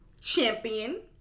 champion